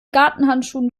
gartenhandschuhen